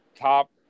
top